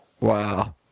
Wow